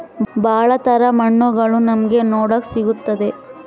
ಭಾಳ ತರ ಮಣ್ಣುಗಳು ನಮ್ಗೆ ನೋಡಕ್ ಸಿಗುತ್ತದೆ